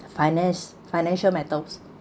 finance financial matters